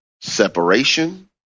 separation